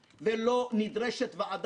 שזו לא הייתה סמכות שלנו וגם אין לנו סמכות,